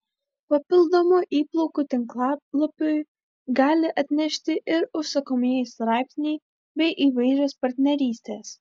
papildomų įplaukų tinklalapiui gali atnešti ir užsakomieji straipsniai bei įvairios partnerystės